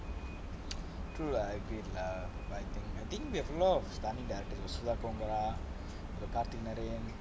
true lah I feel lah but I think we have a lot of female directors